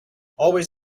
always